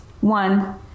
one